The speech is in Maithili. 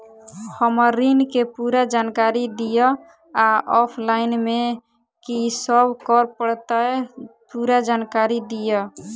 हम्मर ऋण केँ पूरा जानकारी दिय आ ऑफलाइन मे की सब करऽ पड़तै पूरा जानकारी दिय?